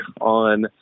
on